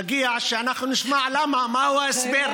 מגיע שאנחנו נשמע למה, מהו ההסבר.